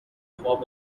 خواب